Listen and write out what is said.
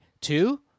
two